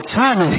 time